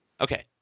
Okay